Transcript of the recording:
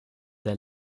der